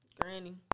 Granny